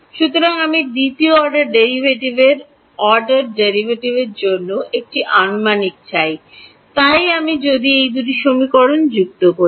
সুতরাং আমি দ্বিতীয় অর্ডার ডেরিভেটিভের জন্য একটি আনুমানিক চাই তাই আমি যদি এই দুটি সমীকরণ যুক্ত করি